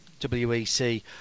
WEC